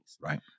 Right